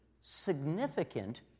significant